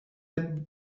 het